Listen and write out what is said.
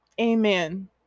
amen